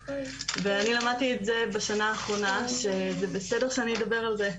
ואני למדתי את זה בשנה האחרונה שזה בסדר שאני אדבר על זה,